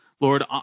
Lord